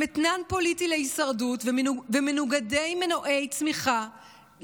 הם אתנן פוליטי להישרדות ומנוגדי מנועי צמיחה,